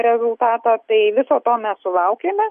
rezultatą tai viso to mes sulaukėme